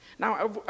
Now